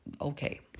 okay